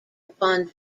upon